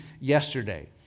yesterday